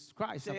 Christ